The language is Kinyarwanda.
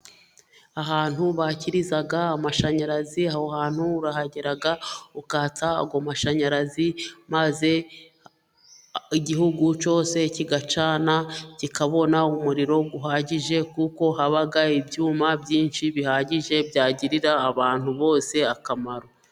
Ahantu bakiriza amashanyarazi, aho hantu urahagera ukatsa ayo amashanyarazi maze igihugu cyose kigacana, kikabona umuriro uhagije kuko haba ibyuma byinshi bihagije byagirira abantu bose akamaro.